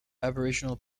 aboriginal